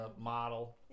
model